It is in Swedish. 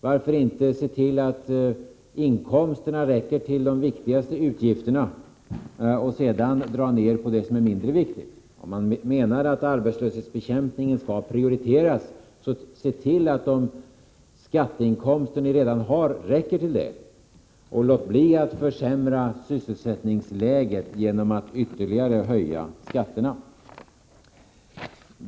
Varför inte se till att inkomsterna räcker till de viktigaste utgifterna och sedan dra ner på det som är mindre viktigt? Om regeringen menar att arbetslöshetsbekämpningen skall prioriteras, se då till att de skatteinkomster ni redan har räcker till det och låt bli att försämra sysselsättningsläget genom att ytterligare höja skatterna!